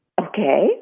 Okay